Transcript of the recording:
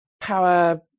power